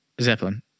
Zeppelin